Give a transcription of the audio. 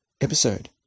episode